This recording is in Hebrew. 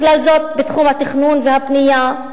ובכלל זה בתחום התכנון והבנייה,